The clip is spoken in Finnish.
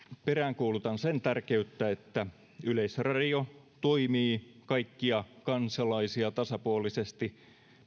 peräänkuulutan sen tärkeyttä että yleisradio toimii kaikkia kansalaisia tasapuolisesti